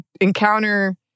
encounter